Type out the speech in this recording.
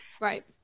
right